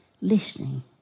Listening